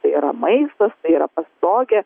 tai yra maistas tai yra pastogė